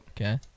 Okay